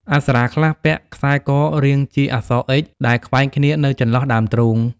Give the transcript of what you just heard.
អប្សរាខ្លះពាក់ខ្សែករាងជាអក្សរ "X" ដែលខ្វែងគ្នានៅចន្លោះដើមទ្រូង។